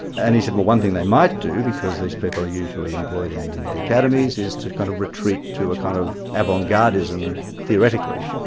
and he said, well one thing they might do because these people are usually employed in the academies, is to kind of retreat to a kind of avant-gardism theoretically.